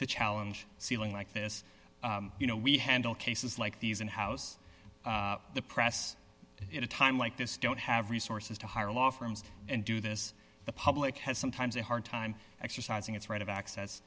to challenge sealing like this you know we handle cases like these in house the press at a time like this don't have resources to hire law firms and do this the public has sometimes a hard time exercising its right of access